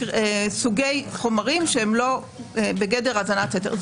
וסוגי חומרים שהם לא בגדר האזנת סתר.